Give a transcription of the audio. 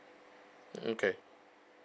okay